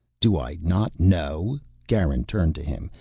do i not know, garin turned to him,